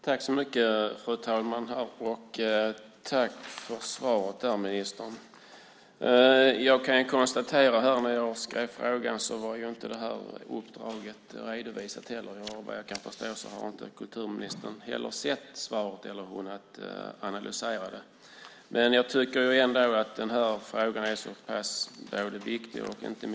Fru talman! Tack för svaret, ministern. Jag kan konstatera att uppdraget inte var redovisat när jag skrev frågan. Vad jag kan förstå har inte kulturministern sett svaret eller hunnit analysera det. Jag tycker att frågan är viktig och komplex.